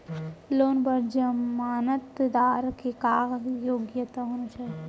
Loan बर जमानतदार के का योग्यता होना चाही?